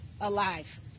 alive